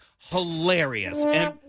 hilarious